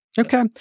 Okay